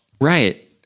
Right